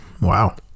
Wow